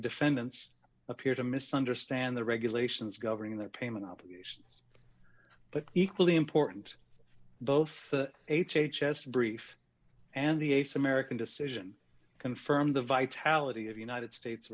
defendants appeared to misunderstand the regulations governing their payment obligations but equally important both h h s brief and the ace american decision confirmed the vitality of united states